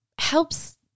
helps